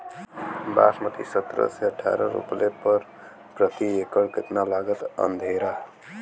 बासमती सत्रह से अठारह रोपले पर प्रति एकड़ कितना लागत अंधेरा?